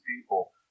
people